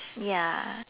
ya